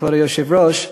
כבוד היושב-ראש,